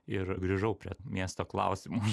ir grįžau prie miesto klausimo